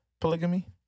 polygamy